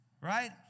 Right